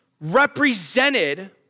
represented